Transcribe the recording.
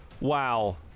Wow